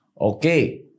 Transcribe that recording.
Okay